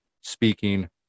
speaking